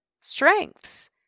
strengths